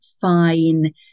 fine